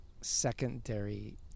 Secondary